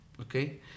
Okay